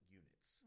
units